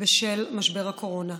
בשל משבר הקורונה.